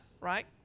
right